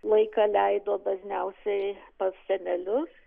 laiką leido dažniausiai pas senelius